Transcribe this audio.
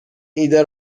ایده